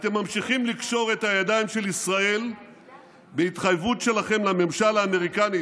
אתם ממשיכים לקשור את הידיים של ישראל בהתחייבות שלכם לממשל האמריקני